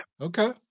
Okay